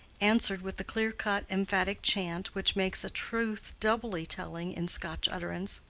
answered with the clear-cut emphatic chant which makes a truth doubly telling in scotch utterance,